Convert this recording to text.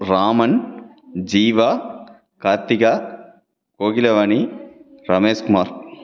Raman Jeeva Karthika Kokilavani Rameshkumar